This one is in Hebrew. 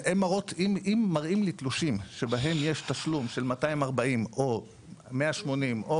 אם מראים לי תלושים שבהם יש תשלום של 240 או 180 או